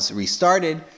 restarted